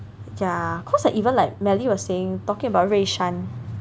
ya cause even like Mally was saying talking about Rui Shan right